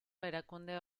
erakunde